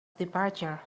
departure